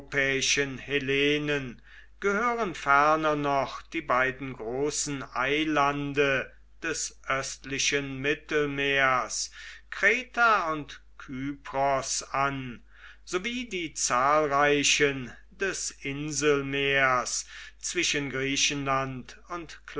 hellenen gehören ferner noch die beiden großen eilande des östlichen mittelmeers kreta und kypros an sowie die zahlreichen des inselmeers zwischen griechenland und